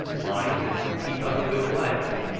mind and keep up a good blaze.